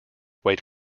weight